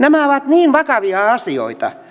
niin vakavia asioita